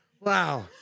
Wow